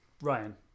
Ryan